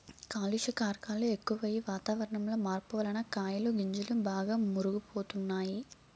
కాలుష్య కారకాలు ఎక్కువయ్యి, వాతావరణంలో మార్పు వలన కాయలు గింజలు బాగా మురుగు పోతున్నాయి